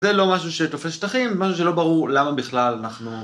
זה לא משהו שתופס שטחים, זה משהו שלא ברור למה בכלל אנחנו...